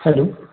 hello